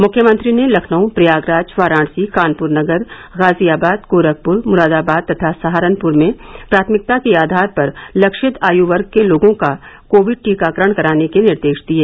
मृख्यमंत्री ने लखनऊ प्रयागराज वाराणसी कानपुर नगर गाजियाबाद गोरखपुर मुरादाबाद तथा सहारनपुर में प्राथमिकता के आधार पर लक्षित आयु वर्ग के लोगों का कोविड टीकाकरण कराने के निर्देश दिये